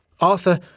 Arthur